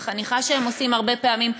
החניכה שהם עושים הרבה פעמים,